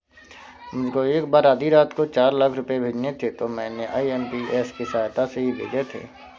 मुझको एक बार आधी रात को चार लाख रुपए भेजने थे तो मैंने आई.एम.पी.एस की सहायता से ही भेजे थे